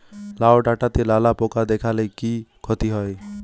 লাউ ডাটাতে লালা পোকা দেখালে কি ক্ষতি হয়?